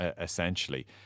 essentially